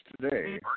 today